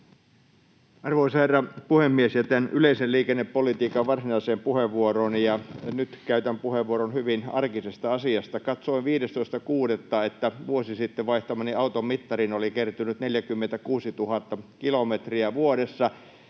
Arvoisa herra puhemies! Jätän yleisen liikennepolitiikan varsinaiseen puheenvuorooni ja nyt käytän puheenvuoron hyvin arkisesta asiasta. Katsoin 15.6., että vuosi sitten vaihtamani auton mittariin oli kertynyt 46 000 kilometriä vuodessa.